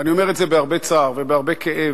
ואני אומר את זה בהרבה צער ובהרבה כאב,